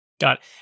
Got